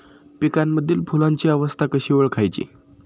पिकांमधील फुलांची अवस्था कशी ओळखायची?